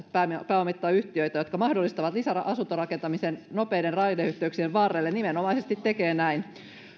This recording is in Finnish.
pääomittaa yhtiöitä jotka mahdollistavat lisäasuntorakentamisen nopeiden raideyhteyksien varrelle nimenomaisesti tekee näin